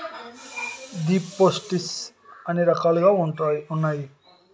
దిపోసిస్ట్స్ ఎన్ని రకాలుగా ఉన్నాయి?